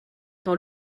dans